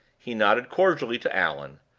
he nodded cordially to allan,